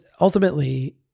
ultimately